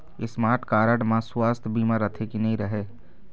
Smart card म सुवास्थ बीमा रथे की नई रहे?